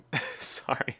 Sorry